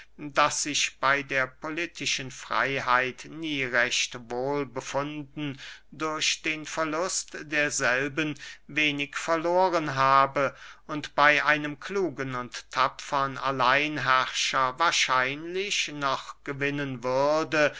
das sich bey der politischen freyheit nie recht wohl befunden durch den verlust derselben wenig verloren habe und bey einem klugen und tapfern alleinherrscher wahrscheinlich noch gewinnen würde